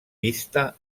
vista